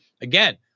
again